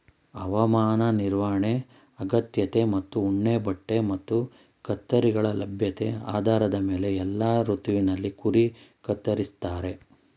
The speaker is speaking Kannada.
ಹವಾಮಾನ ನಿರ್ವಹಣೆ ಅಗತ್ಯತೆ ಮತ್ತು ಉಣ್ಣೆಬಟ್ಟೆ ಮತ್ತು ಕತ್ತರಿಗಳ ಲಭ್ಯತೆ ಆಧಾರದ ಮೇಲೆ ಎಲ್ಲಾ ಋತುವಲ್ಲಿ ಕುರಿ ಕತ್ತರಿಸ್ತಾರೆ